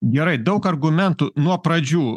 gerai daug argumentų nuo pradžių